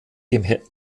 dem